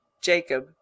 Jacob